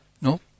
No